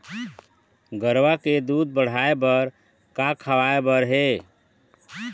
गरवा के दूध बढ़ाये बर का खवाए बर हे?